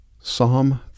Psalm